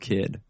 Kid